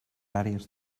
àrees